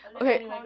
Okay